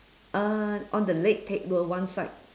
uh on the leg table one side